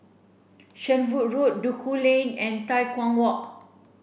Shenvood Road Duku Lane and Tai Hwan Walk